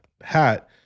hat